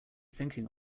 thinking